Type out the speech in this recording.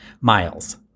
Miles